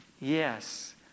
Yes